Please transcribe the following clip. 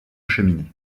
cheminées